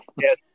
yes